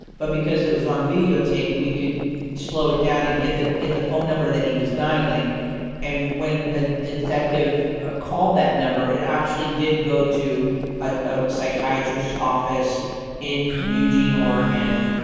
but because it was on videotape we could slow it down and get the get the phone number that he was dialing and when a detective called that number it actually did go to a psychiatrist's office in eugene, oregon.